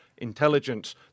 intelligence